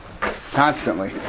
constantly